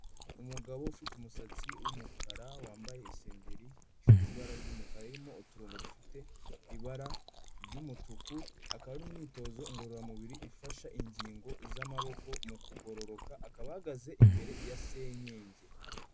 Umugabo ufite umusatsi w'umukara wambaye isengeri ifite ibara ry'umukara irimo uturongo dufite ibara ry'umutuku akaba ari mu myitozo ngororamubiri ifasha ingingo z'amaboko mu kugororoka, aka ahahagaze imbere ya senyenge.